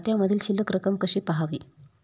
खात्यामधील शिल्लक रक्कम कशी पहावी?